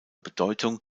bedeutung